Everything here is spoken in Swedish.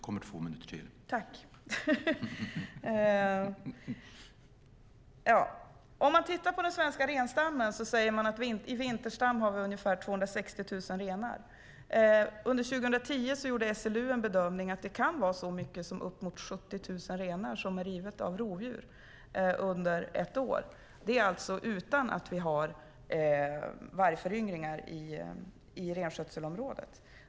Om man tittar på den svenska renstammen sägs det att vi i vinterstam har ungefär 260 000 renar. Under 2010 gjorde SLU bedömningen att det kan vara så mycket som uppemot 70 000 renar som blir rivna av rovdjur under ett år, detta alltså utan att vi har vargföryngringar i renskötselområdet.